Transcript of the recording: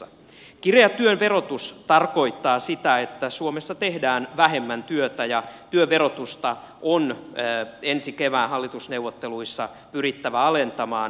kireä työn verotus tarkoittaa sitä että suomessa tehdään vähemmän työtä ja työn verotusta on ensi kevään hallitusneuvotteluissa pyrittävä alentamaan